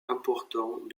important